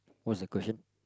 what's the question